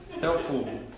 helpful